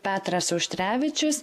petras auštrevičius